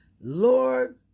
Lord